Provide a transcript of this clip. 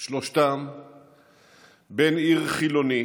על גבול הלבנון,